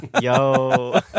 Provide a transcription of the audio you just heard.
Yo